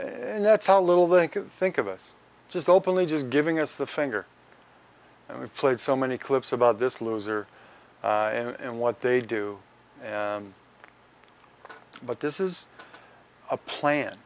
and that's how little they think of us just openly just giving us the finger and we played so many clips about this loser and what they do but this is a plan